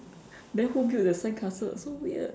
then who build the sandcastle so weird